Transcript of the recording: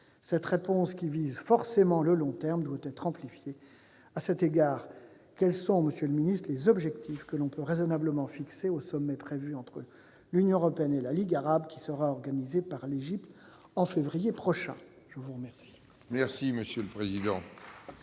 telle réponse, qui vise forcément le long terme, doit être amplifiée. À cet égard, quels sont, monsieur le ministre, les objectifs que l'on peut raisonnablement fixer au sommet prévu entre l'Union européenne et la Ligue arabe, qui sera organisé par l'Égypte en février prochain ? La parole est à M. le ministre.